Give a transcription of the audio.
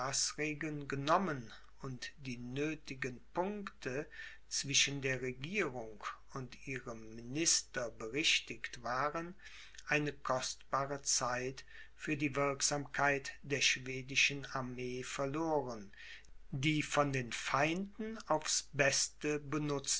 genommen und die nöthigen punkte zwischen der regierung und ihrem minister berichtigt waren eine kostbare zeit für die wirksamkeit der schwedischen armee verloren die von den feinden aufs beste